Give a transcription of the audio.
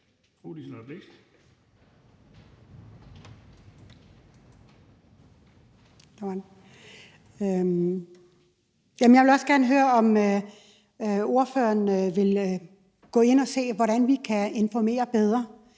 Jeg vil også gerne høre, om ordføreren vil gå ind at se, hvordan vi kan informere bedre.